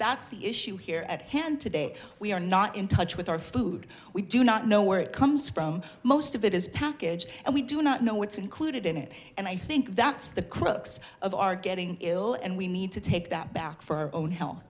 that's the issue here at hand today we are not in touch with our food we do not know where it comes from most of it is packaged and we do not know what's included in it and i think that's the crux of our getting ill and we need to take that back for our own h